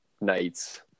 nights